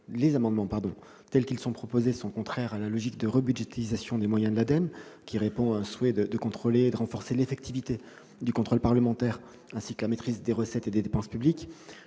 les mêmes raisons. Ces amendements sont contraires à la logique de rebudgétisation des moyens de l'ADEME, qui répond à la volonté de renforcer l'effectivité du contrôle parlementaire, ainsi que la maîtrise des recettes et des dépenses publiques.